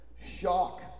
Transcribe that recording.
shock